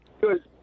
Good